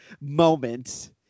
moment